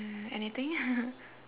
mm anything